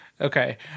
Okay